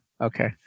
okay